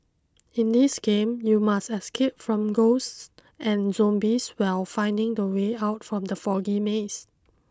in this game you must escape from ghosts and zombies while finding the way out from the foggy maze